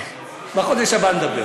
בחודש הבא נדבר.